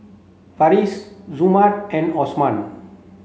Farish Zamrud and Osman